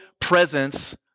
presence